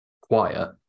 quiet